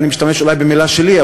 אני משתמש אולי במילה שלי,